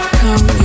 come